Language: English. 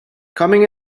coming